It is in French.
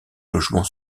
logements